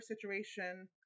situation